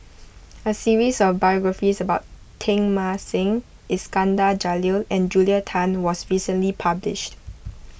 a series of biographies about Teng Mah Seng Iskandar Jalil and Julia Tan was recently published